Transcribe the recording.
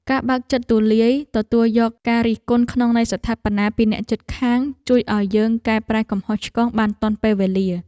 ការបើកចិត្តឱ្យទូលាយទទួលយកការរិះគន់ក្នុងន័យស្ថាបនាពីអ្នកជិតខាងជួយឱ្យយើងកែប្រែកំហុសឆ្គងបានទាន់ពេលវេលា។